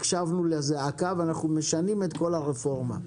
הקשבנו לזעקה ואנחנו משנים את כל הרפורמה.